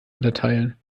unterteilen